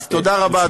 אז תודה רבה,